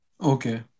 Okay